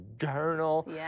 journal